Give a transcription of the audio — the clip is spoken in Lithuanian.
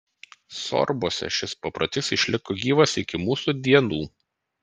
sorbuose šis paprotys išliko gyvas iki mūsų dienų